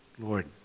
Lord